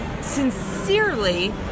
sincerely